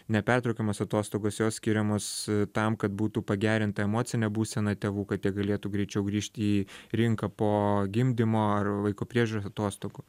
nepertraukiamos atostogos jos skiriamos tam kad būtų pagerinta emocinė būsena tėvų kad jie galėtų greičiau grįžt į rinką po gimdymo ar vaiko priežiūros atostogų